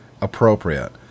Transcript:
appropriate